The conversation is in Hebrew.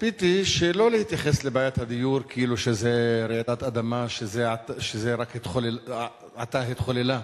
ציפיתי שלא להתייחס לבעיית הדיור כאילו שזה רעידת אדמה שזה עתה התחוללה.